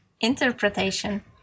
interpretation